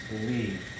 believe